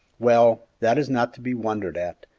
well, that is not to be wondered at,